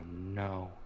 no